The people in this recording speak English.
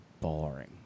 boring